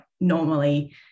normally